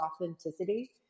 authenticity